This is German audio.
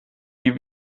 die